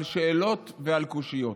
על השאלות ועל הקושיות,